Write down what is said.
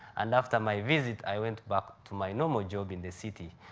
and after my visit i went back to my normal job in the city.